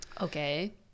Okay